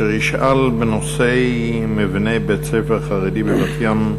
שישאל בנושא: הצתת מבנה בית-ספר חרדי בבת-ים.